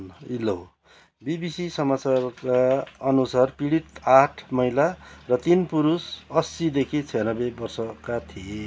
ए लौ बिबिसी समाचारका अनुसार पीडित आठ महिला र तिन पुरुष अस्सीदेखि छ्यानब्बे वर्षका थिए